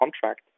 contract